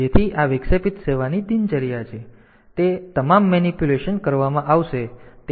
જેથી આ વિક્ષેપિત સેવાની દિનચર્યા છે તે તમામ મેનીપ્યુલેશન્સ કરવામાં આવશે